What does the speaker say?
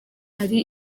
ari